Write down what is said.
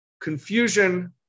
confusion